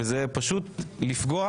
מה שפשוט פוגע